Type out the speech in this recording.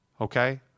Okay